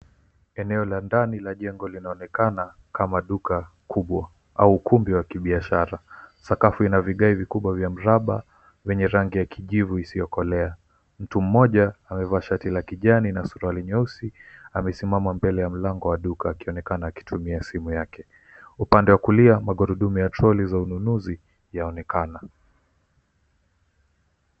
Eneo la ndani la jengo linaonekana kama duka kubwa au ukumbi wa kibiashara. Sakafu ina vigae vikubwa vya mraba vyenye rangi ya kijivu isiokolea. Mtu mmoja amevaa shati la kijani na suruali nyeusi. Amesimama mbele ya mlango wa duka akionekana akitumia simu yake. Upande wa kulia magurudumu ya troli za ununuzi yaonekana.